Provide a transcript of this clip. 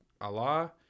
Allah